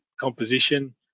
composition